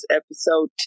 episode